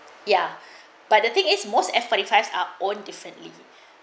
ya but the thing is most F forty five our own differently